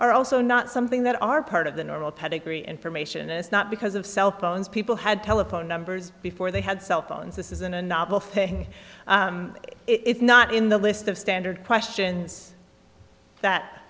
are also not something that are part of the normal pedigree information is not because of cell phones people had telephone numbers before they had cell phones this isn't a novel thing it's not in the list of standard questions that